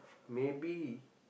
maybe